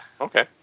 Okay